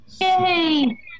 Yay